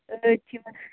أڈۍ چھِناہ